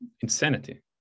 insanity